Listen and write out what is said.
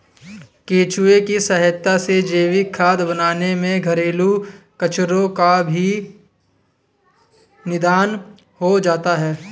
केंचुए की सहायता से जैविक खाद बनाने में घरेलू कचरो का भी निदान हो जाता है